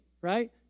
Right